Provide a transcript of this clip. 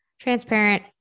transparent